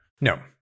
No